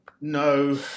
No